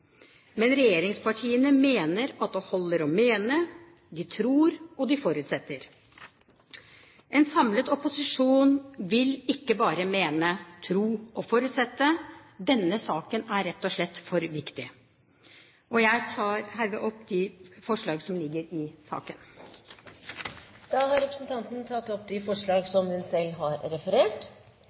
Men regjeringspartiene mener at det holder å mene – de tror og de forutsetter. En samlet opposisjon vil ikke bare mene, tro og forutsette – denne saken er rett og slett for viktig. Jeg tar herved opp forslaget som ligger i saken. Representanten Kari Kjønaas Kjos har tatt opp det forslaget hun